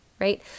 right